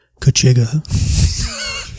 Kachiga